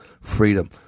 freedom